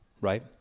right